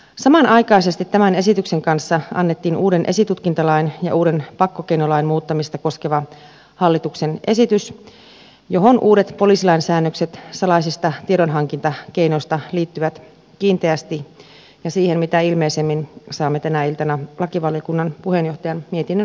samanaikaisesti tämän esityksen kanssa annettiin uuden esitutkintalain ja uuden pakkokeinolain muuttamista koskeva hallituksen esitys johon uudet poliisilain säännökset salaisista tiedonhankintakeinoista liittyvät kiinteästi ja siitä mitä ilmeisimmin saamme tänä iltana lakivaliokunnan puheenjohtajan mietinnön esittelyn